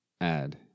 add